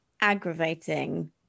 aggravating